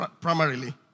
primarily